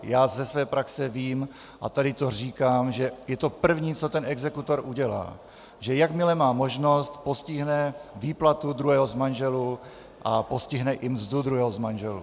Já ze své praxe vím a tady to říkám, že je to první, co ten exekutor udělá, že jakmile má možnost, postihne výplatu druhého z manželů a postihne i mzdu druhého z manželů.